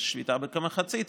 יש שביתה בכמחצית,